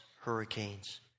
hurricanes